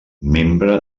membre